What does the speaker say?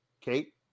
Kate